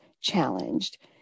challenged